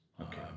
Okay